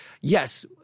Yes